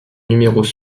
numéros